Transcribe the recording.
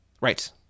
Right